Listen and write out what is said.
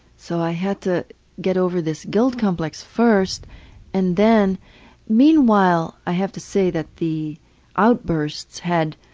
so i had to get over this guilt complex first and then meanwhile i have to say that the outbursts had,